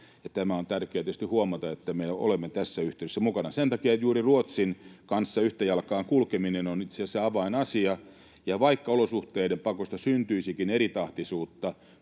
tämä on tärkeää tietysti huomata, että me olemme tässä yhdessä mukana. Sen takia juuri Ruotsin kanssa yhtä jalkaa kulkeminen on itse asiassa avainasia. Ja vaikka olosuhteiden pakosta syntyisikin eritahtisuutta,